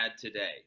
today